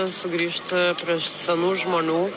sugrįžti prie senų žmonių